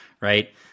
right